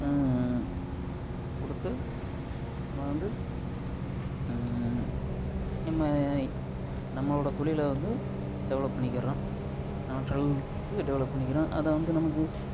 கொடுத்து நம்ம வந்து நம்ம நம்மளோடய தொழிலை வந்து டெவெலப் பண்ணிக்கிறோம் கொடுத்து டெவெலப் பண்ணிக்கிறோம் அதை வந்து நமக்கு